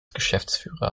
geschäftsführer